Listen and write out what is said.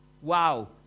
Wow